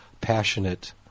passionate